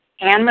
Anne